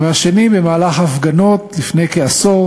והשני במהלך הפגנות לפני כעשור,